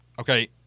Okay